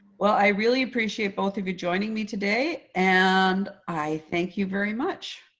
well, i really appreciate both of you joining me today, and i thank you very much.